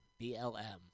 BLM